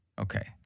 Okay